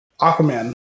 Aquaman